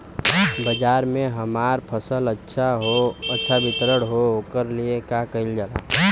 बाजार में हमार फसल अच्छा वितरण हो ओकर लिए का कइलजाला?